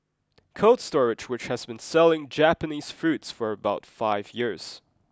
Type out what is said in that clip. Cold Storag which has been selling Japanese fruits for about five years